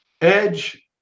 edge